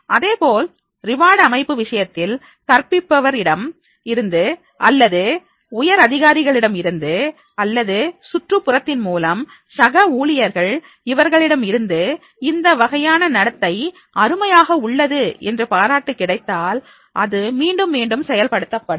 அதேபோல் ரிவார்டு அமைப்பு விஷயத்தில் கற்பிப்பவர் இடம் இருந்து அல்லது உயர் அதிகாரிகளிடம் இருந்து அல்லது சுற்றுப்புறத்தின் மூலம் சக ஊழியர்கள் இவர்களிடமிருந்து இந்த வகையான நடத்தை அருமையாக உள்ளது என்று பாராட்டு கிடைத்தால் அது மீண்டும் மீண்டும் செயல்படுத்தப்படும்